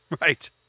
right